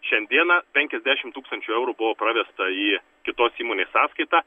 šiandieną penkiasdešim tūkstančių eurų buvo pravesta į kitos įmonės sąskaitą